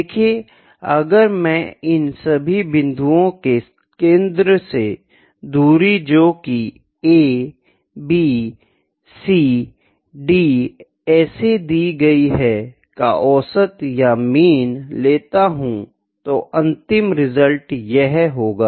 देखिए अगर मैं इन सभी बिन्दुओ के केंद्र से दुरी जो की a b c d ऐसे दी गयी है का औसत या मीन लेता हूँ तो अंतिम परिणाम यह होगा